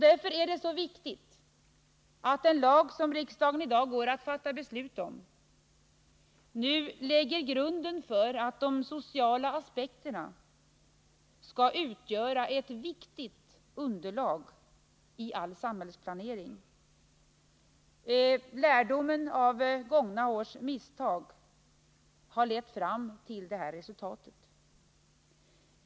Därför är det så viktigt att den lag som riksdagen i dag går att fatta beslut om lägger grunden för att de sociala aspekterna skall utgöra ett viktigt underlag i all samhällsplanering. Lärdomen av gångna års misstag har lett oss fram till det resultatet.